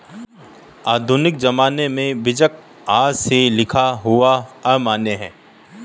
आधुनिक ज़माने में बीजक हाथ से लिखा हुआ अमान्य है